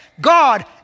God